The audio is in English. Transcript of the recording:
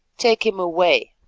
take him away,